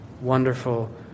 wonderful